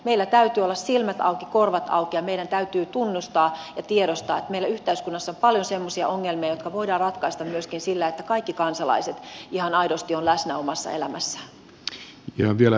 meillä täytyy olla silmät auki korvat auki ja meidän täytyy tunnustaa ja tiedostaa että meillä yhteiskunnassa on paljon semmoisia ongelmia jotka voidaan ratkaista myöskin sillä että kaikki kansalaiset ihan aidosti ovat läsnä omassa elämässään